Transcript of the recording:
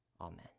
Amen